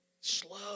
Slow